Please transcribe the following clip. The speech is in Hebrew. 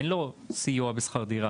אין לו סיוע בשכר דירה